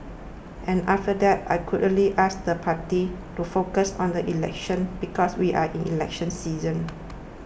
and after that I could really ask the party to focus on the election because we are in election season